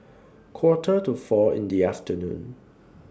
Quarter to four in The afternoon